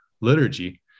liturgy